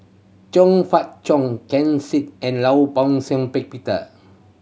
Zhong Fah Cheong Ken Seet and Law Shau Ping Peter